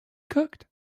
cooked